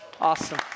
Awesome